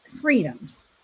freedoms